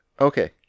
Okay